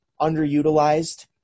underutilized